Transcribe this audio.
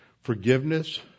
forgiveness